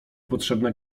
potrzebna